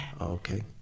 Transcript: Okay